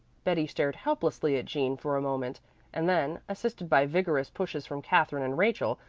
betty stared helplessly at jean for a moment and then, assisted by vigorous pushes from katherine and rachel,